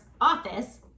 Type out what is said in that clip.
office